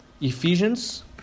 Ephesians